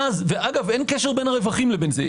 ואין קשר בין הרווחים לזה.